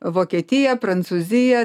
vokietija prancūzija